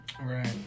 Right